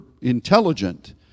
intelligent